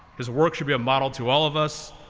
his work should be a model to all of us,